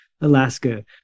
Alaska